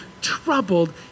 troubled